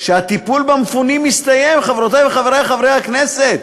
שהטיפול במפונים הסתיים, חברותי וחברי חברי הכנסת.